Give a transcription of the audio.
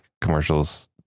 commercials